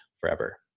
forever